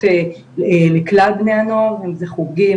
הזרוע השנייה זה המעורבות שלנו בחיי הקהילה.